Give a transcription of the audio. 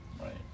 Right